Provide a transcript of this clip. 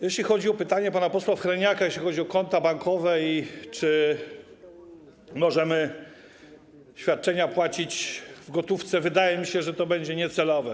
Jeśli chodzi o pytanie pana posła Hreniaka, jeśli chodzi o konta bankowe i o to, czy możemy płacić świadczenia w gotówce, wydaje mi się, że to będzie niecelowe.